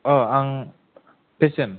अ आं पेसेन्त